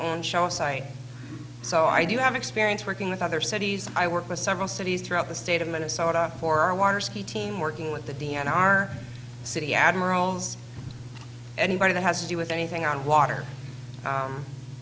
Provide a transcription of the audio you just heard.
and show a site so i do have experience working with other cities i work with several cities throughout the state of minnesota for our water ski team working with the d n r city admirals anybody that has to do with anything on water